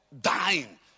dying